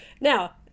Now